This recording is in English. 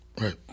Right